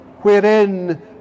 wherein